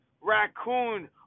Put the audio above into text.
raccoon